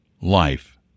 life